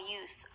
use